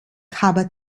habe